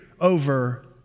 over